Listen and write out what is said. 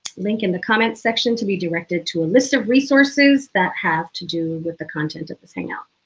link in the comments section to be directed to a list of resources that have to do with the content of this hangout.